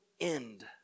end